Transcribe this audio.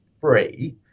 free